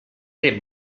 ere